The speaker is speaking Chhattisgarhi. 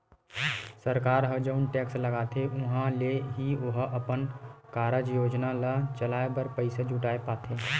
सरकार ह जउन टेक्स लगाथे उहाँ ले ही ओहा अपन कारज योजना ल चलाय बर पइसा जुटाय पाथे